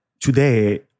today